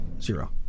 zero